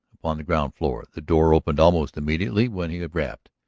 upon the ground floor. the door opened almost immediately when he rapped.